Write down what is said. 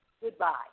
goodbye